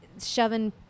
shoving